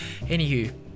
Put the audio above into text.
Anywho